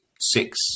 six